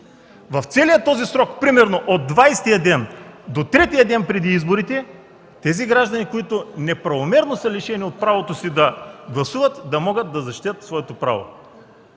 В целия този срок, примерно, от двадесетия ден до третия ден преди изборите тези граждани, които неправомерно да лишени от правото си да гласуват, да могат да защитят своето право.